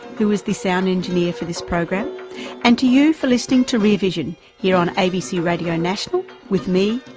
who is the sound engineer for this program and to you for listening to rear vision here on abc radio national with me,